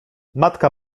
matka